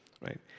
right